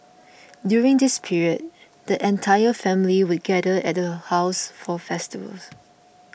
during this period the entire family would gather at her house for festivals